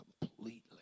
completely